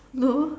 no